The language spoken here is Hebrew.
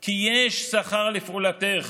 כי יש שכר לפעלתך